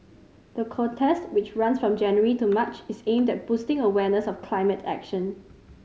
the contest which runs from January to March is aimed at boosting awareness of climate action